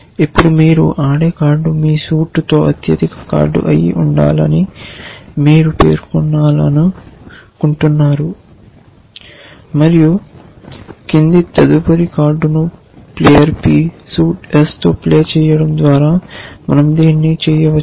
ఇప్పుడు మీరు ఆడే కార్డ్ మీ సూట్తో అత్యధిక కార్డ్ అయి ఉండాలని మీరు పేర్కొనాలను కుంటున్నారు మరియు కింది తదుపరి కార్డును ప్లేయర్ p సూట్ s తో ప్లే చేయడం ద్వారా మనం దీన్ని చేయవచ్చు